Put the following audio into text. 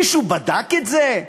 מישהו בדק את זה?